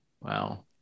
Wow